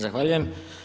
Zahvaljujem.